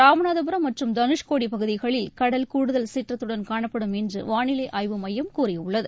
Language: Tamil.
ராமநாதபுரம் மற்றும் தனுஷ்கோடி பகுதிகளில் கடல் கூடுதல் சீற்றத்துடன் காளப்படும் என்று வானிலை ஆய்வு மையம் கூறியுள்ளது